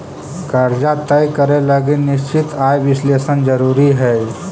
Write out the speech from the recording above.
कर्जा तय करे लगी निश्चित आय विश्लेषण जरुरी हई